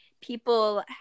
people